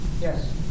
Yes